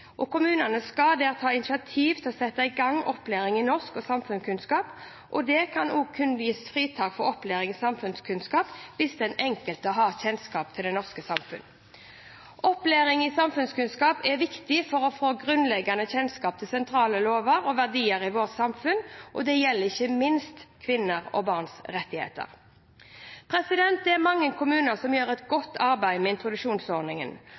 og kommunene skal ta initiativet til å sette i gang opplæring i norsk og samfunnskunnskap, og det kan kun gis fritak for opplæring i samfunnskunnskap hvis den enkelte har kjennskap til det norske samfunnet. Opplæring i samfunnskunnskap er viktig for å få grunnleggende kjennskap til sentrale lover og verdier i vårt samfunn. Det gjelder ikke minst kvinners rettigheter og barns rettigheter. Det er mange kommuner som gjør et godt arbeid med introduksjonsordningen,